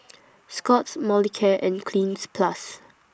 Scott's Molicare and Cleanz Plus